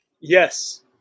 Yes